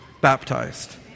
baptized